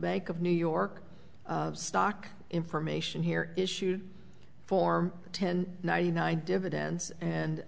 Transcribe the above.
bank of new york stock information here issued form ten ninety nine dividends and